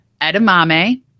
edamame